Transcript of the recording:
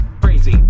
crazy